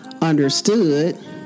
understood